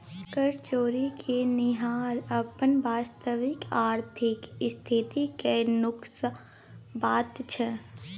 कर चोरि केनिहार अपन वास्तविक आर्थिक स्थिति कए नुकाबैत छै